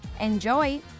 Enjoy